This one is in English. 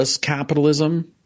capitalism